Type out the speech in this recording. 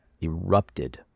erupted